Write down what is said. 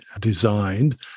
designed